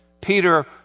Peter